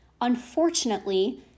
Unfortunately